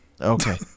Okay